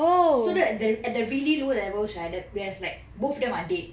so that at the at the really low levels right there's like both of them are dead